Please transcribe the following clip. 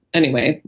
anyway,